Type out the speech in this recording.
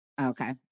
Okay